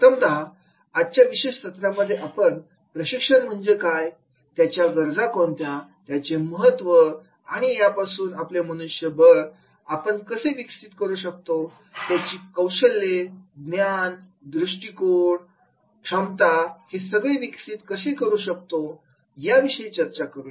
प्रथमता आजच्या विशेष सत्रांमध्ये आपण प्रशिक्षण म्हणजे काय त्याच्या गरजा त्याचे महत्त्व आणि यापासून आपले मनुष्यबळ आपण कसे विकसित करू शकतो त्यांची कौशल्ये ज्ञान दृष्टिकोण सक्षमता हे सगळे कसे विकसित करू शकतो याविषयी चर्चा करूया